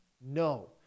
No